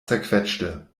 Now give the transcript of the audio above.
zerquetschte